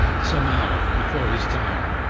some hour before his time,